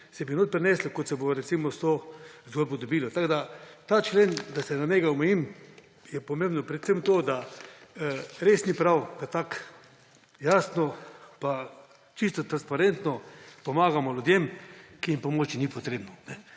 se noter prineslo, kot se bo recimo s to zgodbo dobilo. Tako da pri tem členu, da se na njega omejim, je pomembno predvsem to, da res ni prav, da tako jasno in čisto transparentno pomagamo ljudem, ki jim pomoč ni potrebna.